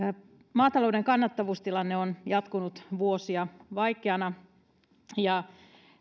maatalouden kannattavuustilanne on jatkunut vuosia vaikeana ja